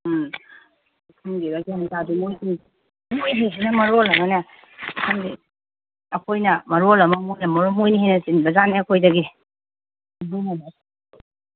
ꯎꯝ ꯈꯪꯗꯦꯗ ꯒ꯭ꯌꯥꯟ ꯇꯥꯗꯦ ꯃꯣꯏꯁꯤꯡꯁꯦ ꯃꯣꯏꯁꯤꯡꯁꯤꯅ ꯃꯔꯣꯜ ꯑꯃꯅꯦ ꯈꯪꯗꯦ ꯑꯩꯈꯣꯏꯅ ꯃꯔꯣꯜ ꯑꯃ ꯃꯣꯏꯅ ꯃꯔꯣꯜ ꯑꯃ ꯃꯣꯏꯅ ꯍꯦꯟꯅ ꯆꯤꯟꯕ ꯖꯥꯠꯅꯤ ꯑꯩꯈꯣꯏꯗꯒꯤ ꯑꯗꯨꯅꯅꯦ